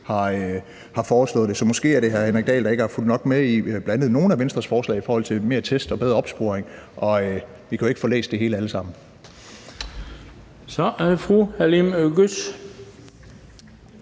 har foreslået det. Så måske er det hr. Henrik Dahl, der ikke har fulgt nok med i bl.a. nogle af Venstres forslag i forhold til flere test og bedre opsporing. Vi kan jo ikke få læst det hele alle sammen. Kl. 19:37 Den fg. formand